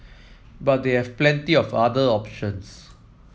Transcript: but they have plenty of other options